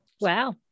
Wow